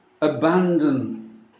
abandon